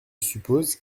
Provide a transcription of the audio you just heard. suppose